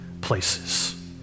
Places